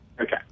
Okay